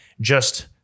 just-